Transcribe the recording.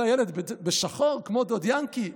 שואל הילד: בשחור, כמו דוד ינקי?